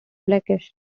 blackish